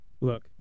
Look